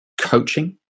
coaching